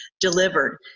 delivered